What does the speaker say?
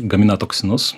gamina toksinus